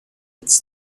its